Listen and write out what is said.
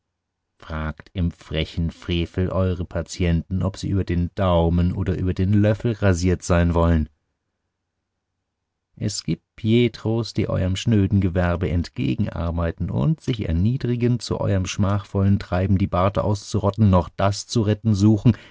fragt im frechen frevel euere patienten ob sie über den daumen oder über den löffel rasiert sein wollen es gibt pietros die euerm schnöden gewerbe entgegenarbeiten und sich erniedrigend zu euerm schmachvollen treiben die barte auszurotten noch das zu retten suchen